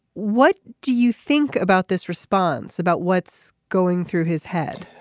what do you think about this response about what's going through his head.